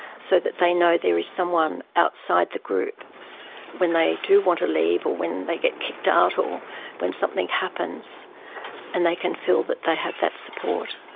so they know there is someone outside the group when they do want to leave, or when they get kicked out, or when something happens and they can feel that they have that support.